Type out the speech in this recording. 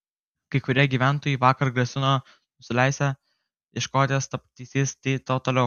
kai kurie gyventojai vakar grasino nenusileisią ieškosią teisybės toliau